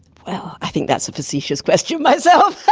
well, i think that's a facetious question myself!